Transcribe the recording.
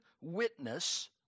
witness